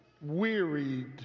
wearied